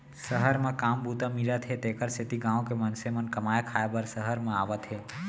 सहर म काम बूता मिलत हे तेकर सेती गॉँव के मनसे मन कमाए खाए बर सहर म आवत हें